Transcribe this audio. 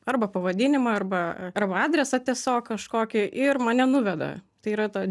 arba pavadinimą arba arba adresą tiesiog kažkokį ir mane nuveda tai yra ta